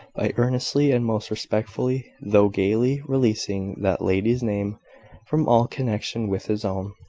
by earnestly and most respectfully, though gaily, releasing that lady's name from all connection with his own,